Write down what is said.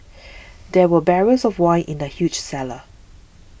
there were barrels of wine in the huge cellar